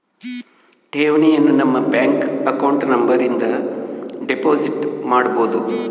ಠೇವಣಿಯನು ನಮ್ಮ bank account number ಇಂದ ಡೆಪೋಸಿಟ್ ಮಾಡ್ಬೊದು